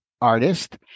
artist